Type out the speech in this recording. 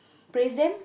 praise them